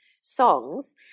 songs